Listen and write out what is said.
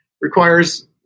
requires